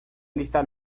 lista